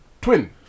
twin